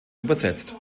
übersetzt